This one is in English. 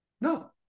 No